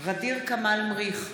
ע'דיר כמאל מריח,